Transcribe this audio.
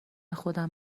خودم